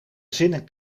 zinnen